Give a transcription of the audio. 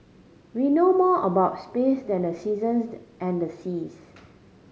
we know more about space than the seasons and the seas